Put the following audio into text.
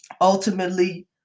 ultimately